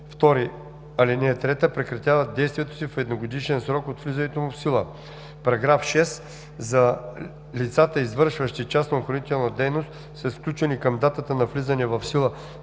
чл. 2, ал. 3, прекратяват действието си в едногодишен срок от влизането му в сила. § 6. За лицата, извършващи частна охранителна дейност, със сключени към датата на влизане в сила